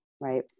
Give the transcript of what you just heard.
right